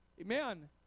Amen